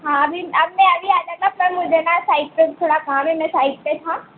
हाँ अभी मैं अभी आ जाता पर मुझे न साइट पर थोड़ा काम है मैं साइट पर था